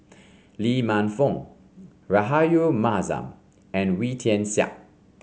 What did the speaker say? Lee Man Fong Rahayu Mahzam and Wee Tian Siak